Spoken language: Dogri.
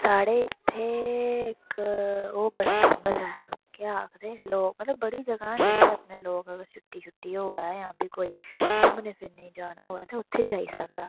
साढ़ै इत्थें इक ओह् बड़ा फेमस ऐ केह् आखदे लोक मतलब बड़ी जगह् न जित्थें अपने लोक छुट्टी छुट्टी होऐ जां फ्ही कोई घूमने फिरने गी जाना होऐ ते उत्थें जाई सकदा